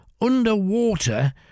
underwater